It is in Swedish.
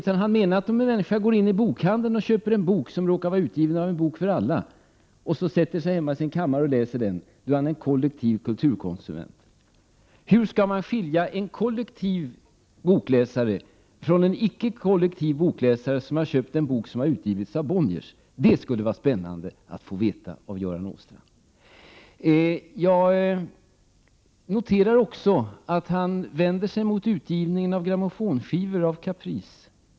Han menar att om man går till bokhandeln och köper en bok som råkar vara utgiven av En bok för alla, då är man en kollektiv kulturkonsument. Hur skall man skilja en kollektiv bokläsare från en icke kollektiv bokläsare som har köpt en bok som har givits ut av Bonniers? Det skulle vara spännande att få veta av Göran Åstrand. Jag noterade också att han vände sig mot utgivningen av grammofonskivor av Caprice.